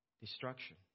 destruction